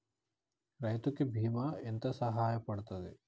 రైతు కి బీమా ఎంత సాయపడ్తది?